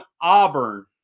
Auburn